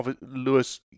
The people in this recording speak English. Lewis